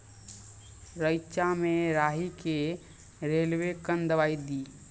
रेचा मे राही के रेलवे कन दवाई दीय?